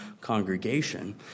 congregation